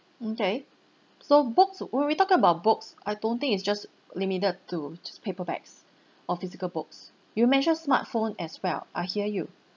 mm okay so books when we talk about books I don't think it's just limited to just paperbacks or physical books you mentioned smartphone as well I hear you